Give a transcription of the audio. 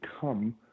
come